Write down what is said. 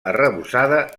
arrebossada